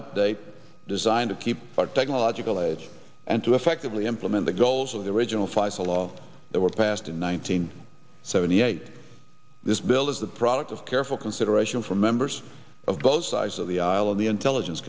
update designed to keep our technological age and to effectively implement the goals of the original faisel law that were passed in one nine hundred seventy eight this bill is the product of careful consideration from members of both sides of the aisle in the intelligence